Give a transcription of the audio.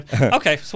okay